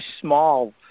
small